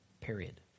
period